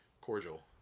cordial